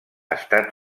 estat